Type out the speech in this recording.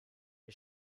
ich